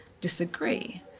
disagree